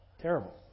Terrible